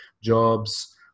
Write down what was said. jobs